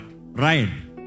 Ryan